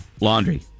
Laundry